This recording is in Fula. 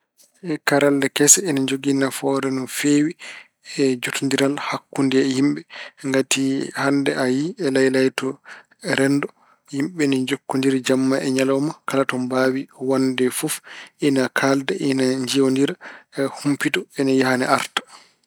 Karallel kese ene jogii nafoore no feewi e jotondiral hakkunde yimɓe. Ngati hannde a yiy e laylayti renndo yimɓe ne jokkondiri jamma e ñalawma. Kala to mbaawi wonnde fof, ene kaalda, ene njiyondira. Humpito ina yaha ene arta.